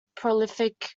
prolific